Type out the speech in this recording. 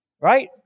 right